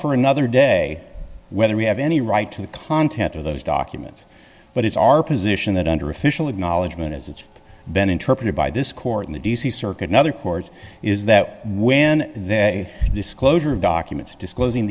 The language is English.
for another day whether we have any right to the content of those documents but it's our position that under official acknowledgement as it's been interpreted by this court in the d c circuit another courts is that when they disclosure of documents disclosing